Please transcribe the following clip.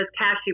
cashew